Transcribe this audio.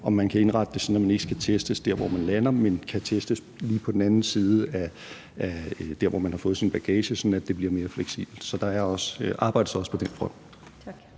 om de kan indrette det sådan, at man ikke skal testes dér, hvor man lander, men kan testes lige på den anden side af dér, hvor man har fået sin bagage, sådan at det bliver mere fleksibelt. Så der arbejdes også på den front.